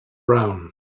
brown